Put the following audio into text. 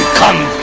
come